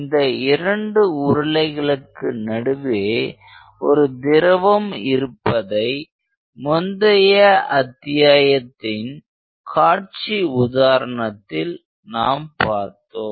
இந்த இரண்டு உருளைகளுக்கு நடுவே ஒரு திரவம் இருப்பதை முந்தைய அத்தியாயத்தின் காட்சி உதாரணத்தில் நாம் பார்த்தோம்